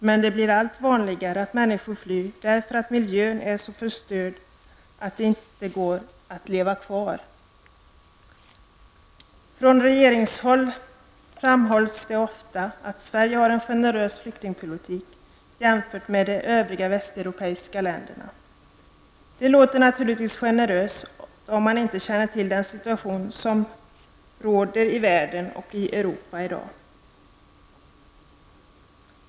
Men det blir allt vanligare att människor flyr därför att miljön på en plats är så förstörd att det inte går att leva kvar där. Från regeringshåll framhålls det ofta att Sverige har en generös flyktingpolitik jämfört med de övriga västeuropeiska länderna. Det uppfattas naturligtvis generöst om man inte känner till den situation som råder i Europa och i världen i dag.